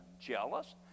jealous